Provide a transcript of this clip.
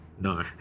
No